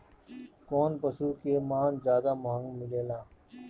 कौन पशु के मांस ज्यादा महंगा मिलेला?